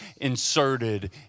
inserted